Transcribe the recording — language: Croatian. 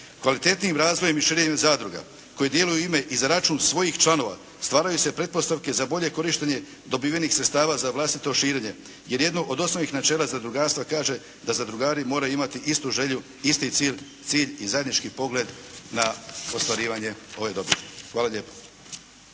Kvalitetnijim razvojem i širenjem zadruga koje djeluju u ime i za račun svojih članova stvaraju se pretpostavke za bolje korištenje dobivenih sredstava za vlastito širenje jer jedno od osnovnih načela zadrugarstva kaže da zadrugari moraju imati istu želju, isti cilj i zajednički pogled na ostvarivanje ove dobiti. Hvala lijepa.